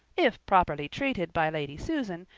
if properly treated by lady susan,